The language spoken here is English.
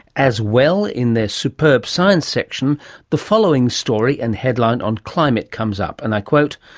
as well in their superb science section the following story and headline on climate comes up, and i quote,